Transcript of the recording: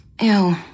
Ew